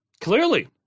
clearly